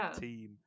team